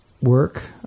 work